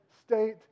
state